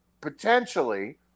potentially